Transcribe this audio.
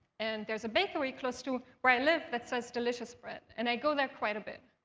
and there's a bakery close to where i live that sells delicious bread, and i go there quite a bit.